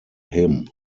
him